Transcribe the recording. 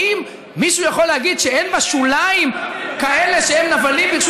האם מישהו יכול להגיד שאין בשוליים כאלה שהם נבלים ברשות